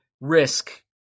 risk